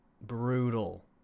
Brutal